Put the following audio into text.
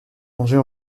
manger